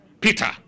Peter